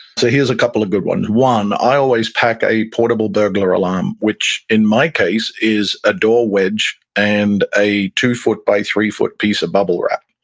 so here's a couple of good ones one, i always pack a portable burglar alarm, which in my case is a door wedge and a two-foot-by-three-foot piece of bubble wrap.